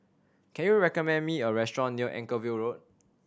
can you recommend me a restaurant near Anchorvale Road